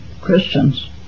Christians